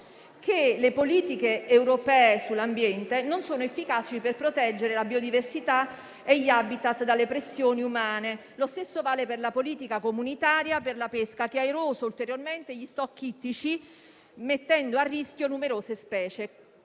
le politiche europee sull'ambiente non sono efficaci per proteggere la biodiversità e gli *habitat* dalle pressioni umane. Lo stesso vale per la politica comunitaria della pesca, che ha eroso ulteriormente gli *stock* ittici, mettendo a rischio numerose specie.